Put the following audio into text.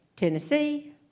Tennessee